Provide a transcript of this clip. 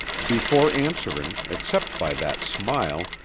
before answering, except by that smile,